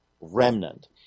remnant